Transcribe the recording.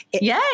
Yay